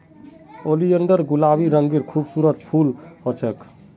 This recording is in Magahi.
ओलियंडर गुलाबी रंगेर खूबसूरत फूल ह छेक